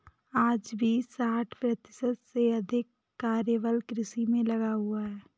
आज भी साठ प्रतिशत से अधिक कार्यबल कृषि में लगा हुआ है